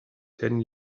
ten